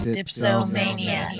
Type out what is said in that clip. Dipsomania